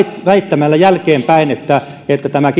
väittämällä jälkeenpäin että että tämä